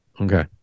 Okay